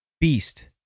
beast